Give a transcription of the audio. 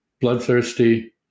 bloodthirsty